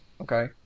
Okay